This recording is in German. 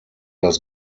das